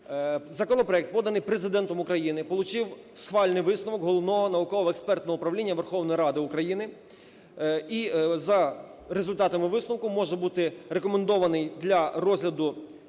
Законопроект поданий Президентом України получив схвальний виступ Головного науково-експертного управління Верховної Ради України і за результатами висновку може бути рекомендований для розгляду